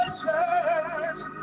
church